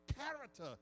character